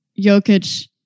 Jokic